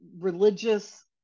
religious